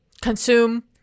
Consume